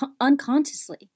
unconsciously